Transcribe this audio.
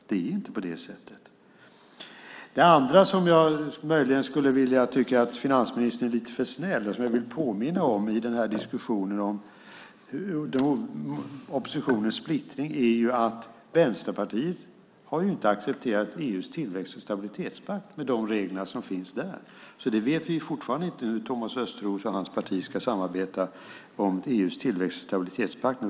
Det är inte på det sättet! Det andra som jag möjligen skulle vilja säga är att jag tycker att finansministern är lite för snäll och som jag i den här diskussionen om oppositionens splittring vill påminna om är att Vänsterpartiet inte har accepterat EU:s tillväxt och stabilitetspakt med de regler som finns där. Vi vet fortfarande inte hur Thomas Östros och hans parti ska samarbeta med Vänsterpartiet om EU:s tillväxt och stabilitetspakt.